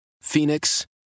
Phoenix